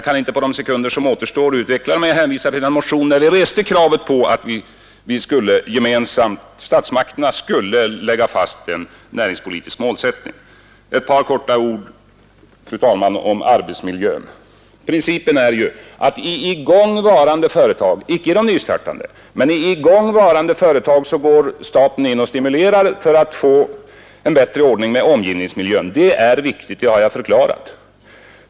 Nu kan jag inte, på de sekunder som återstår av min tid i talarstolen, utveckla dessa frågor närmare, utan jag hänvisar i stället till vår motion, där vi reser krav på att statsmakterna skall lägga fast en näringspolitisk målsättning. Slutligen ett par ord också om arbetsmiljön. Principen är att i företag som är i gång — icke i nystartande — går staten in och stimulerar för att få en bättre ordning vad avser omgivningsmiljön. Det är viktigt, och det har jag förklarat.